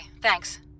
thanks